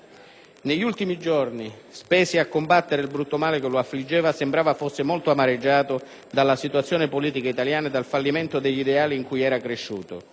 Negli ultimi giorni, spesi a combattere il brutto male che lo affliggeva, sembrava fosse molto amareggiato dalla situazione politica italiana e dal fallimento degli ideali in cui era cresciuto.